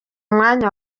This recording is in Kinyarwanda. mwanya